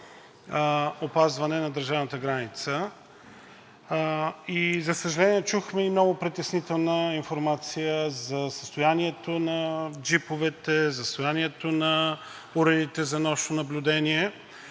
за опазване на държавната граница и за съжаление, чухме и много притеснителна информация за състоянието на джиповете, за състоянието на уредите за нощно наблюдение.